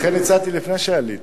לכן הצעתי לפני שעלית.